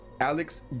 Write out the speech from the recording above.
Alex